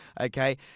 okay